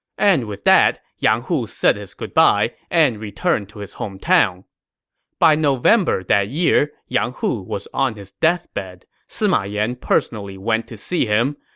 and with that, yang hu said his goodbye and returned to his hometown by november that year, yang hu was on his deathbed. sima yan personally went to see him.